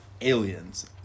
aliens